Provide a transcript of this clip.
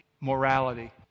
morality